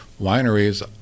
wineries